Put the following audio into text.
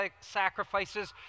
sacrifices